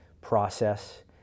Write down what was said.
process